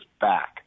back